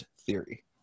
theory